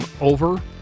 over